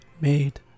made